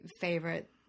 favorite